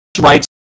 rights